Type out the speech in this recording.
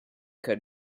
could